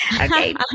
Okay